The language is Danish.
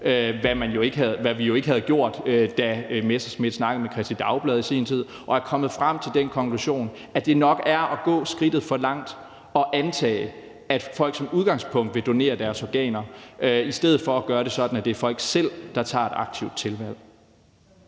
hvilket vi jo ikke havde gjort, da hr. Morten Messerschmidt snakkede med Kristeligt Dagblad i sin tid, og vi er kommet frem til den konklusion, at det nok er at gå et skridt for langt at antage, at folk som udgangspunkt vil donere deres organer, i stedet for at gøre det sådan, at det er folk selv, der tager et aktivt tilvalg.